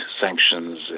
sanctions